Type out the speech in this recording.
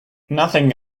nothing